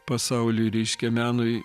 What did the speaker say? pasauliui reiškia menui